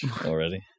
already